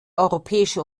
europäische